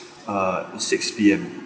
uh six P_M